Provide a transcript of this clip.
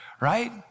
right